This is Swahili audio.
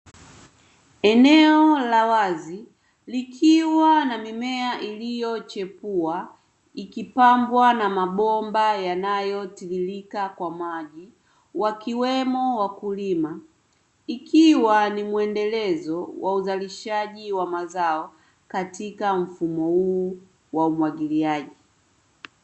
Eneo la wazi likiwa na mimea iliyochipua ikipambwa na mabomba yanayotiririka kwa maji wakiwemo wakulima, ikiwa ni muendelezo wa uzalishaji wa mazao katika mfumo huu wa umwagiliaji.